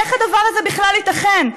איך הדבר הזה בכלל ייתכן?